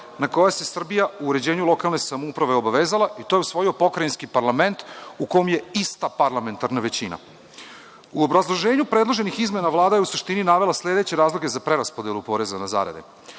na koja se Srbija u uređenju lokalne samouprave obavezala, i to je usvojio Pokrajinski parlament u kome je ista parlamentarna većina.U obrazloženju predloženih izmena Vlada je u suštini navela sledeće razloge za preraspodelu poreza na zarade: